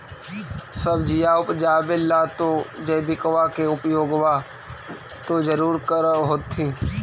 सब्जिया उपजाबे ला तो जैबिकबा के उपयोग्बा तो जरुरे कर होथिं?